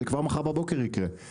זה כבר מחר בבוקר יקרה.